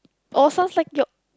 oh sounds like your